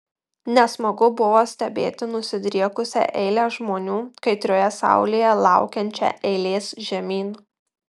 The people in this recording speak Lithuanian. nesmagu buvo stebėti nusidriekusią eilę žmonių kaitrioje saulėje laukiančią eilės žemyn